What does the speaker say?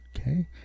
okay